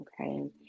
Okay